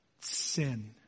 sin